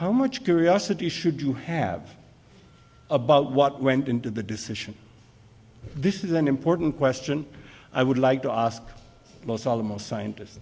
how much curiosity should you have about what went into the decision this is an important question i would like to ask most all the most scientist